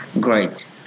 Great